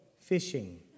fishing